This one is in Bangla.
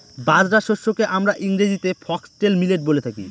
বাজরা শস্যকে আমরা ইংরেজিতে ফক্সটেল মিলেট বলে থাকি